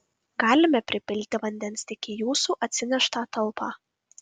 galime pripilti vandens tik į jūsų atsineštą talpą